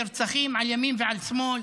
נרצחים על ימין ועל שמאל.